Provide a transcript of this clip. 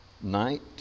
night